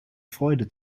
freude